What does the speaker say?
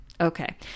Okay